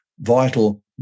vital